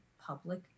public